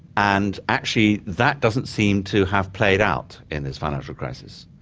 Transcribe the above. and actually, that doesn't seem to have played out in this financial crisis.